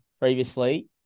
previously